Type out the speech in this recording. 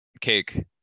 Cake